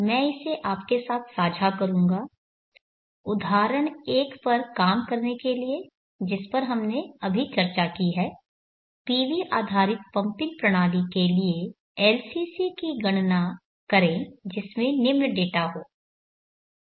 मैं इसे आपके साथ साझा करूंगा उदाहरण एक पर काम करने के लिए जिस पर हमने अभी चर्चा की है PV आधारित पंपिंग प्रणाली के लिए LCC की गणना करें जिसमें निम्न डेटा हो